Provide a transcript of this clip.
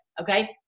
okay